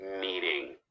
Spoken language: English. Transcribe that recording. meeting